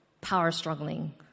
power-struggling